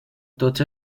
tots